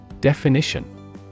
Definition